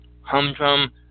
Humdrum